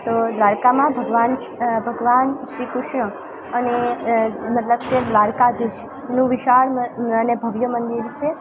તો દ્વારકામાં ભગવાન શ્રી કૃષ્ણ અને મતલબ કે દ્વારકાધીશનું વિશાળ અને ભવ્ય મંદિર છે